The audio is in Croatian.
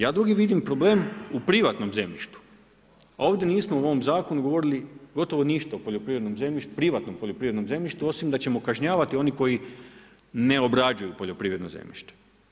Ja drugi vidim problem u privatnom zemljištu, a ovdje nismo u ovom zakonu govorili gotovo ništa o privatnom poljoprivrednom zemljištu osim da ćemo kažnjavati oni koji ne obrađuju poljoprivredno zemljište.